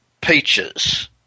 peaches